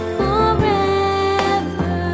forever